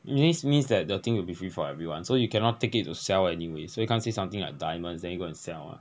this means that the thing will be free for everyone so you cannot take it to sell anyway so you can't say something like diamonds then you go and sell mah